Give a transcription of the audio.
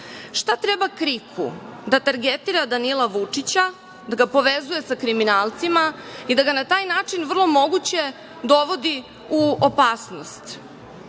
Šta treba KRIK-u da targetira Danila Vučića, da ga povezuje sa kriminalcima i da ga na taj način, vrlo moguće, dovodi u opasnost?